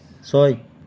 ছয়